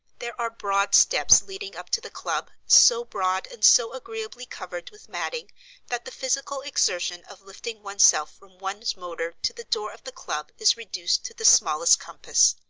there are broad steps leading up to the club, so broad and so agreeably covered with matting that the physical exertion of lifting oneself from one's motor to the door of the club is reduced to the smallest compass.